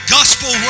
Gospel